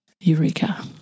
Eureka